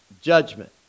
judgment